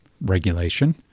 regulation